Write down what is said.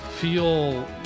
feel